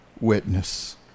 witness